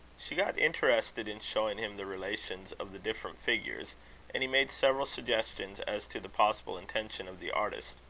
she got interested in showing him the relations of the different figures and he made several suggestions as to the possible intention of the artist.